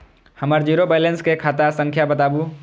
हमर zero balance के खाता संख्या बतबु?